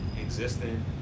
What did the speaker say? existing